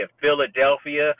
Philadelphia